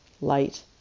light